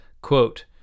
quote